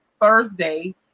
Thursday